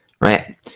Right